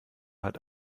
hat